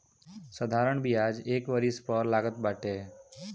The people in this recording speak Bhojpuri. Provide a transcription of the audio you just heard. साधारण बियाज एक वरिश पअ लागत बाटे